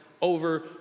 over